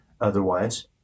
otherwise